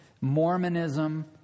Mormonism